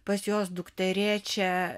pas jos dukterėčią